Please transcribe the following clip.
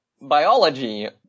biology